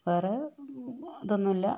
വേറെ ഇതൊന്നുമല്ല